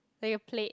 like your plate